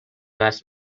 بست